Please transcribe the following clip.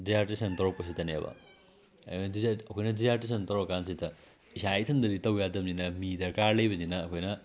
dissertation ꯇꯧꯔꯛꯄꯁꯤꯗꯅꯦꯕ ꯑꯩꯈꯣꯏꯅ dissertation ꯇꯧꯔꯛ ꯀꯥꯟꯁꯤꯗ ꯏꯁꯥ ꯏꯊꯟꯗꯗꯤ ꯇꯧ ꯌꯥꯗꯕꯅꯤꯅ ꯃꯤ ꯗꯔꯀꯥꯔ ꯂꯩꯕꯅꯤꯅ ꯑꯩꯈꯣꯏꯅ